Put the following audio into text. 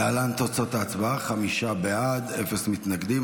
להלן תוצאות ההצבעה: חמישה בעד, אפס מתנגדים.